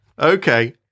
Okay